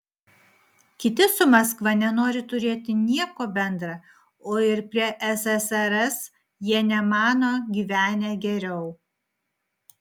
kiti su maskva nenori turėti nieko bendra o ir prie ssrs jie nemano gyvenę geriau